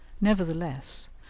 Nevertheless